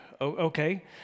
okay